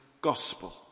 gospel